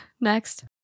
Next